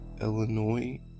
Illinois